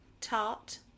tart